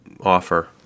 offer